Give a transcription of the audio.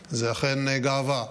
זו אכן גאווה.